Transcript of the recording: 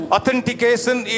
Authentication